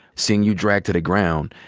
seeing you dragged to the ground.